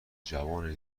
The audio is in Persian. جوان